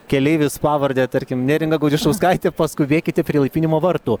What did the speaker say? keleivis pavarde tarkim neringa gudišauskaitė paskubėkite prie įlaipinimo vartų